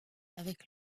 avec